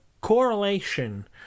correlation